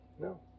No